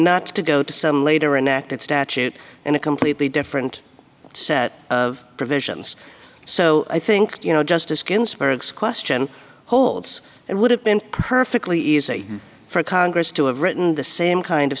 not to go to some later enact that statute in a completely different set of provisions so i think you know justice ginsburg's question holds it would have been perfectly easy for congress to have written the same kind of